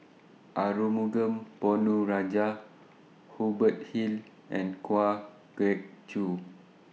Arumugam Ponnu Rajah Hubert Hill and Kwa Geok Choo